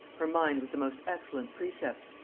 her mind with the most excellent precepts,